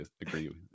agree